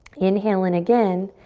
inhale in again.